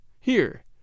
Here